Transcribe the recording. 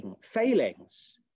failings